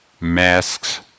masks